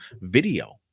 video